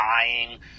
dying